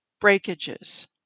breakages